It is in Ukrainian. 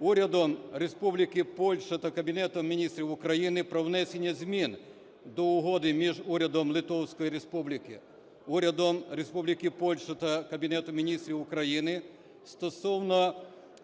Урядом Республіки Польща та Кабінетом Міністрів України про внесення змін до Угоди між Урядом Литовської Республіки, Урядом Республіки Польща та Кабінетом Міністрів України стосовно